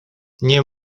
nie